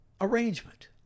arrangement